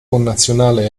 connazionale